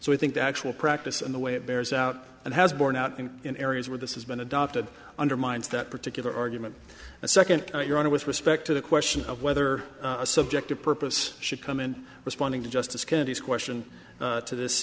so i think the actual practice in the way it bears out and has borne out in in areas where this has been adopted undermines that particular argument and second your honor with respect to the question of whether a subjective purpose should come in responding to justice kennedy's question to this